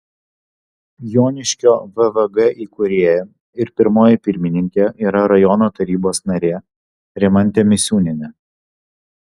joniškio vvg įkūrėja ir pirmoji pirmininkė yra rajono tarybos narė rimantė misiūnienė